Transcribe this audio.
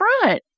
front